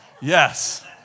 Yes